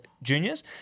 juniors